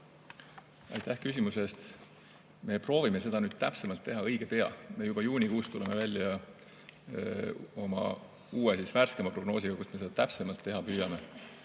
Aitäh küsimuse eest! Me proovime seda nüüd täpsemalt teha õige pea. Juba juunikuus tuleme välja oma uue, värskema prognoosiga, kus me seda täpsemalt teha püüame.